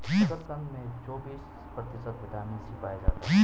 शकरकंद में चौबिस प्रतिशत विटामिन सी पाया जाता है